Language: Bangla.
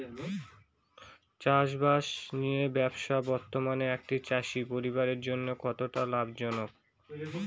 চাষবাষ নিয়ে ব্যবসা বর্তমানে একটি চাষী পরিবারের জন্য কতটা লাভজনক?